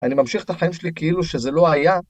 אני ממשיך את החיים שלי כאילו שזה לא היה.